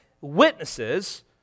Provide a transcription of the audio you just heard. witnesses